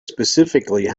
specifically